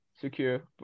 secure